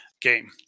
game